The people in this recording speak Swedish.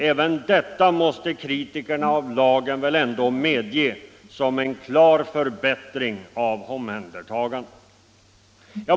Även detta måste kritikerna av lagen väl erkänna som en klar förbättring av omhändertagandet.